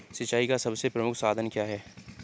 सिंचाई का सबसे प्रमुख साधन क्या है?